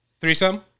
Threesome